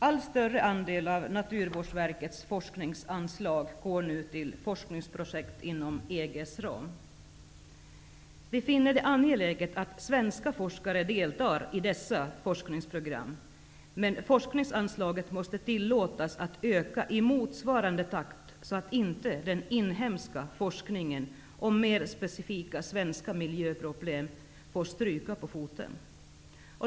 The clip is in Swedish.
Allt större andel av Naturvårdsverkets forskningsanslag går nu till forskningsprojekt inom EG:s ram. Vi finner det angeläget att svenska forskare deltar i dessa forskningsprogram, men forskningsanslaget måste tillåtas att öka i motsvarande takt, så att inte den inhemska forskningen om mer specifika svenska miljöproblem får stryka på foten.